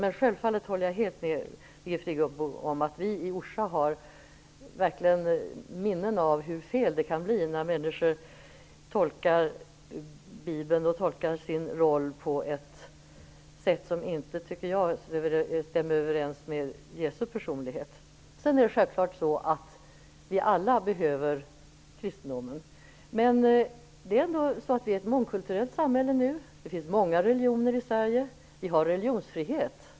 Men självfallet håller jag helt med Birgit Friggebo om att vi i Orsa verkligen har minnen av hur fel det kan bli när människor tolkar Bibeln och sin egen roll på ett sätt som enligt min mening inte stämmer överens med Jesu personlighet. Självfallet behöver vi alla kristendomen. Men vi har ändå nu ett mångkulturellt samhälle - det finns många religioner i Sverige; vi har religionsfrihet.